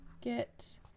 get